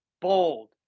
bold